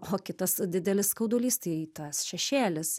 o kitas didelis skaudulys tai tas šešėlis